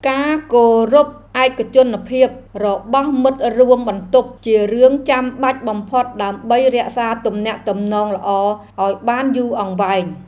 ការគោរពឯកជនភាពរបស់មិត្តរួមបន្ទប់ជារឿងចាំបាច់បំផុតដើម្បីរក្សាទំនាក់ទំនងល្អឱ្យបានយូរអង្វែង។